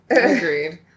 Agreed